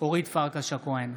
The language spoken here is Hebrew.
אורית פרקש הכהן,